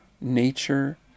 nature